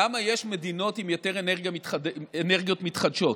למה יש מדינות עם יותר אנרגיות מתחדשות?